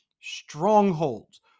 strongholds